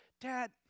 Dad